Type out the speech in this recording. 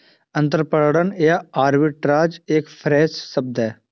अंतरपणन या आर्बिट्राज एक फ्रेंच शब्द है